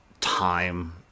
time